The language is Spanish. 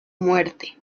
muerte